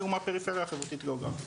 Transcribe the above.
היו מהפריפריה החברתית-גאוגרפית,